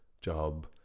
job